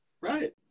Right